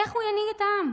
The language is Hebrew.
איך הוא ינהיג את העם?